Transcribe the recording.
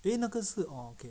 eh 那个是 orh okay